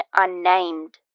unnamed